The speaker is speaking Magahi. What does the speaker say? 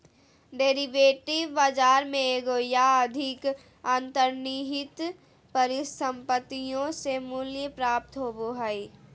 डेरिवेटिव बाजार में एगो या अधिक अंतर्निहित परिसंपत्तियों से मूल्य प्राप्त होबो हइ